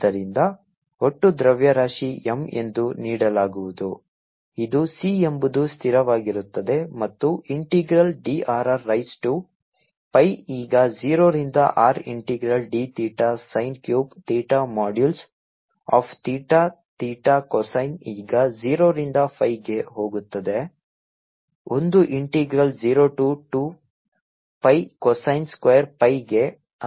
ಆದ್ದರಿಂದ ಒಟ್ಟು ದ್ರವ್ಯರಾಶಿ m ಎಂದು ನೀಡಲಾಗುವುದು ಇದು C ಎಂಬುದು ಸ್ಥಿರವಾಗಿರುತ್ತದೆ ಮತ್ತು integral drr raise to pi ಈಗ 0 ರಿಂದ R integral d theta sin cube theta modulus of theta theta cosine ಈಗ 0 ರಿಂದ pi ಗೆ ಹೋಗುತ್ತದೆ ಒಂದು integral 0 to 2 pi cosine square phi ಗೆ ಅದು ಉತ್ತರವಾಗಿದೆ